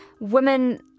women